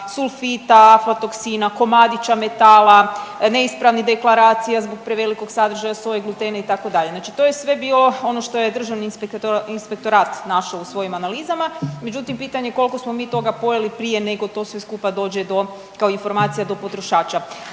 sulfita, frotoksina, komadića metala, neispravnih deklaracija zbog prevelikog sadržaja soje, glutena itd. Znači to je sve bilo ono što je Državni inspektorat našao u svojim analizama. Međutim, pitanje je koliko smo mi toga pojeli prije nego to sve skupa dođe kao informacija do potrošača?